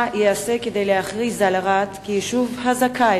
מה ייעשה כדי להכריז על ערד כיישוב הזכאי